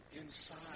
inside